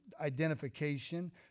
identification